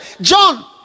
John